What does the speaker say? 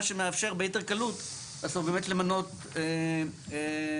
מה שמאפשר ביתר קלות למנות תהליכי